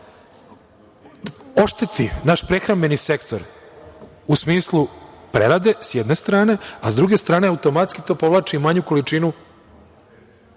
ošteti naš prehrambeni sektor u smislu prerade sa jedne strane, a sa druge strane automatski to povlači i manju količinu